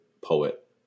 poet